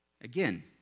Again